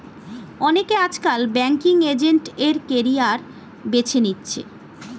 অনেকে আজকাল banking agent এর ক্যারিয়ার বেছে নিচ্ছে